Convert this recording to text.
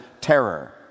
terror